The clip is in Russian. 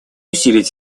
усилить